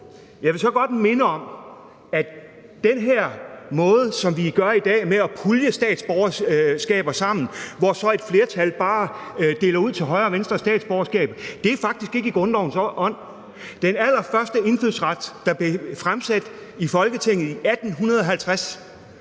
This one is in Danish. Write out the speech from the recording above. jeg vil så godt minde om, at den her måde, som vi gør det på i dag, med at pulje statsborgerskaber sammen, hvor så et flertal bare deler ud til højre og venstre af statsborgerskaber, faktisk ikke er i grundlovens ånd. Da det allerførste indfødsretslovforslag blev fremsat i Folketinget i 1850,